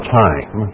time